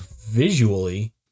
Visually